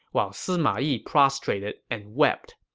while sima yi prostrated and wept.